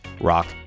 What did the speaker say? Rock